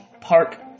Park